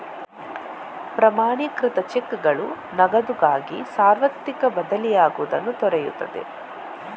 ಪ್ರಮಾಣೀಕೃತ ಚೆಕ್ಗಳು ನಗದುಗಾಗಿ ಸಾರ್ವತ್ರಿಕ ಬದಲಿಯಾಗುವುದನ್ನು ತಡೆಯುತ್ತದೆ